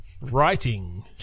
Writing